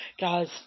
Guys